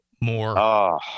more